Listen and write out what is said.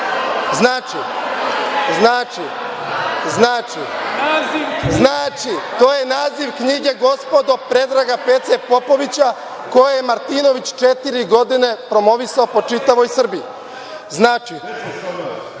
Znači, to je naziv knjige, gospodo, Predraga Pece Popovića, koju je Martinović četiri godine promovisao po Srbiji.